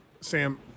Sam